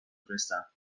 بفرستم